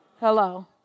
hello